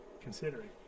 considering